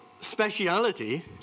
speciality